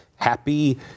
happy